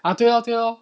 啊对咯对咯